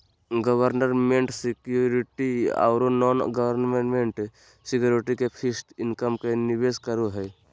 government securities ओरो non government securities के fixed income में निवेश करे हइ